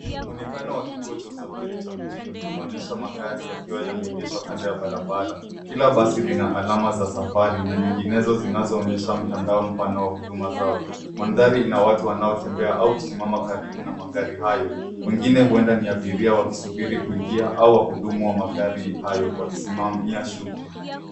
Muonekano wa kituo cha usafiri cha mjini unaonyesha magari yakiwa yameegeshwa kando ya barabara. Kila basi lina alama za safari na nyinginezo zinazoonyesha mtandao mpana wa huduma zao. Mandhari ina watu wanaotembea au kusimama karibu na magari hayo. Wengine huenda ni abiria wakisubiri kuingia au wahudumu wa magari hayo wakisimamia shughuli.